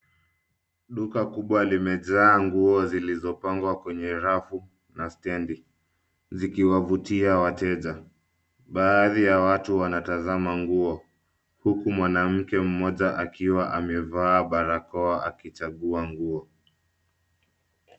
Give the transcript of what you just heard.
Duka kubwa limejaa nguo zilizopangwa kwenye rafu na stendi zikiwavutia wateja. Baadhi ya watu wanatazama nguo, huku mwanamke mmoja akiwa amevaa barakoa akichagua nguo.